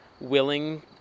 willing